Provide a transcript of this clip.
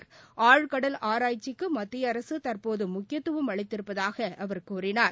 அறிவியல் மாநாட்டை ஆழ்கடல் ஆராய்ச்சிக்கு மத்திய அரசு தற்போது முக்கியத்தும் அளித்திருப்பதாக அவர் கூறினார்